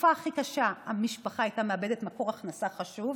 בתקופה הכי קשה המשפחה הייתה מאבדת מקור הכנסה חשוב.